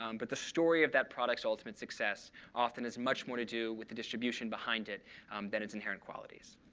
um but the story of that product's ultimate success often has much more to do with the distribution behind it than its inherent qualities.